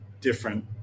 different